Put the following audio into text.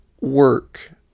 work